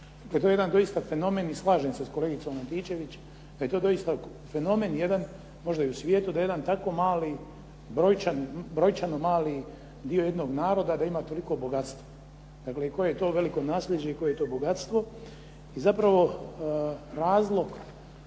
To je jedan doista fenomen i slažem se s kolegicom Antičević da je to doista fenomen jedan možda i u svijetu da jedan tako brojčano mali dio jednog naroda da ima toliko bogatstvo. Dakle, koje je to veliko nasljeđe i koje je to bogatstvo. I zapravo, razlog